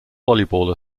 volleyball